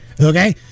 okay